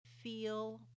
feel